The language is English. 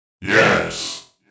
Yes